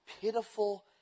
pitiful